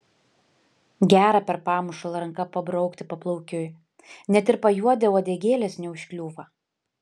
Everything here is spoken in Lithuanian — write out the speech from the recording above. gera per pamušalą ranka pabraukti paplaukiui net ir pajuodę uodegėlės neužkliūva